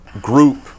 group